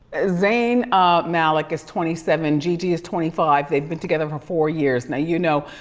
zayn malik is twenty seven, gigi is twenty five, they've been together for four years. now, you know,